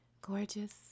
Gorgeous